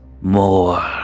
more